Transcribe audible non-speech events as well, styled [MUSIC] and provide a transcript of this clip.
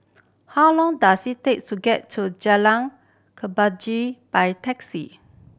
how long does it takes to get to Jalan [UNINTELLIGIBLE] by taxi